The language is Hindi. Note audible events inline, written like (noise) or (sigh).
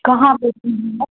कहाँ पर है (unintelligible)